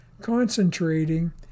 Concentrating